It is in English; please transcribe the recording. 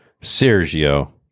Sergio